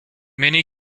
many